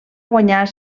guanyar